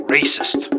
Racist